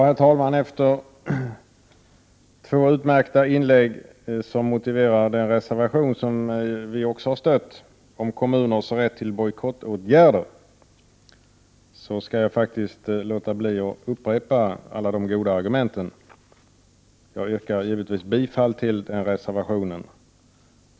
Herr talman! Efter de två utmärkta inlägg som motiverar den reservation som också vi har stött om kommuners rätt till bojkottåtgärder skall jag låta bli att upprepa alla de goda argumenten. Jag yrkar givetvis bifall till den reservationen.